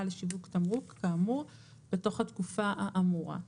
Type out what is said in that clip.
על שיווק תמרוק כאמור בתוך התקופה האמורה".